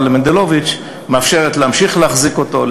מנדלוביץ מאפשר להמשיך להחזיק אותו,